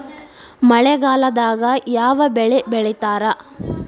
ಮಳೆಗಾಲದಾಗ ಯಾವ ಬೆಳಿ ಬೆಳಿತಾರ?